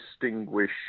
distinguish